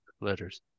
letters